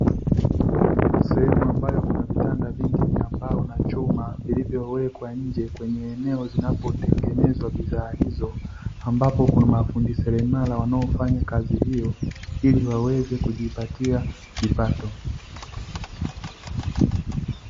Sehemu ambayo kuna vitanda vingi vya mbao na chuma vilivyowekwa nje, kwenye eneo zinapotengenezwa bidhaa hizo, ambapo kuna mafundi seremala wanaofanya kazi hiyo ili waweze kujipatia kipato.